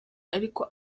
ariko